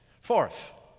Fourth